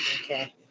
Okay